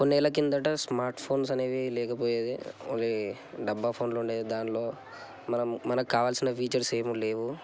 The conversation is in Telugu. కొన్ని ఏళ్ళ కిందట స్మార్ట్ ఫోన్స్ అనేవి లేకపోయేది మరి డబ్బా ఫోన్లు ఉండేవి దానిలో మనం మనకి కావాల్సిన ఫీచర్స్ ఏమీ లేవు